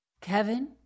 Kevin